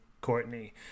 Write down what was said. Courtney